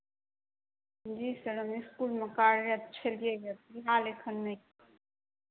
जी sir हम इसकुलमे कार्यरत छलियैए फिलहाल एखन नहि